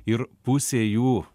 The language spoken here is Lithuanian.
ir pusė jų